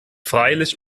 freilich